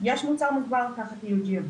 יש להן מוצר מוגמר תחת eugfb.